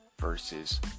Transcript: versus